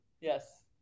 Yes